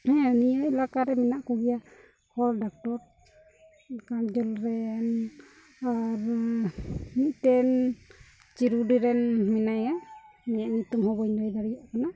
ᱱᱤᱭᱟᱹ ᱮᱞᱟᱠᱟ ᱨᱮ ᱢᱮᱱᱟᱜ ᱠᱚᱜᱮᱭᱟ ᱦᱚᱲ ᱰᱟᱠᱛᱚᱨ ᱜᱟᱡᱚᱞ ᱨᱮᱱ ᱟᱨ ᱢᱤᱫᱴᱮᱱ ᱪᱤᱨᱩᱰᱤ ᱨᱮᱱ ᱦᱮᱱᱟᱭᱟ ᱩᱱᱤᱭᱟᱜ ᱧᱩᱛᱩᱢ ᱦᱚᱸ ᱵᱟᱹᱧ ᱞᱟᱹᱭ ᱫᱟᱲᱮᱭᱟᱜ ᱠᱟᱱᱟ